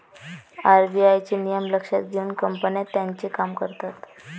RBI चे नियम लक्षात घेऊन कंपन्या त्यांचे काम करतात